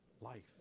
life